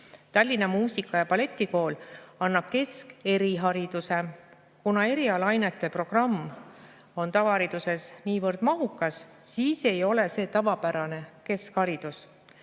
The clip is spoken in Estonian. Tallinna Muusika‑ ja Balletikool annab keskerihariduse. Kuna erialaainete programm on [nende koolituses] niivõrd mahukas, siis ei ole see tavapärane keskharidus.